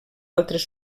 altres